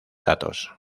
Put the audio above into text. datos